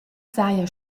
s’haja